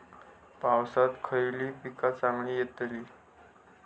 पावसात खयली पीका चांगली येतली?